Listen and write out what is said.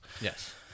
yes